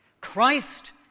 Christ